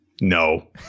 No